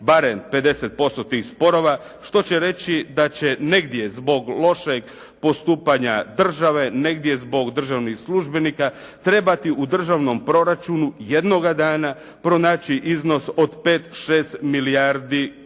barem 50% tih sporova, što će reći da će negdje zbog lošeg postupanja države, negdje zbog državnih službenika, trebati u državnom proračunu jednoga dana pronaći iznos od 5, 6 milijardi kuna.